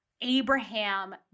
Abraham